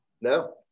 No